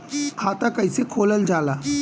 खाता कैसे खोलल जाला?